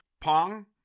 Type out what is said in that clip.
pong